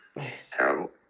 Terrible